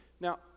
Now